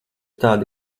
tāda